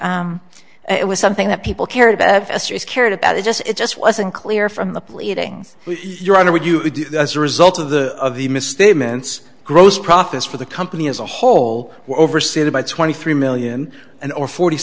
it was something that people cared about astri's cared about it just it just wasn't clear from the pleadings you're on or would you do as a result of the of the misstatements gross profits for the company as a whole overseed about twenty three million and over forty